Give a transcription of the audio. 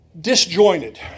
disjointed